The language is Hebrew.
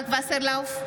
וסרלאוף,